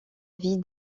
vie